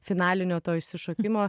finalinio to išsišokimo